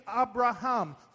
Abraham